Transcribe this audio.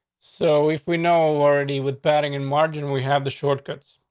so if we know already with padding and margin, we have the shortcuts.